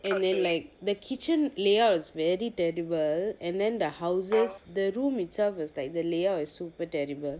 and then like the kitchen layout is very terrible and then the houses the room itself is like the layout is super terrible